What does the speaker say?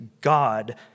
God